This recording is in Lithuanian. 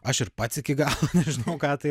aš ir pats iki galo nežinau ką tai